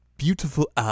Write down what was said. Beautiful